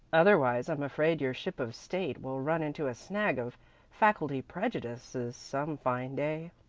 otherwise i'm afraid your ship of state will run into a snag of faculty prejudices some fine day.